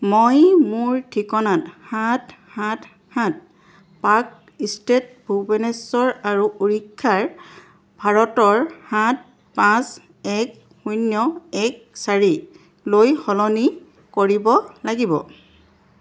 মই মোৰ ঠিকনাত সাত সাত সাত পাৰ্ক ষ্ট্ৰীট ভুৱনেশ্বৰ আৰু ওড়িশাৰ ভাৰতৰ সাত পাঁচ এক শূন্য এক চাৰিলৈ সলনি কৰিব লাগিব